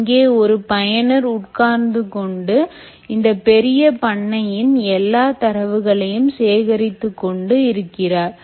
இங்கே ஒரு பயனர் உட்கார்ந்து கொண்டு இந்தப் பெரிய பண்ணையின் எல்லா தரவுகளையும் சேகரித்துக் கொண்டு இருக்கிறார்